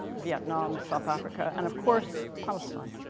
vietnam, south africa, and of course, palestine.